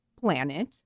planet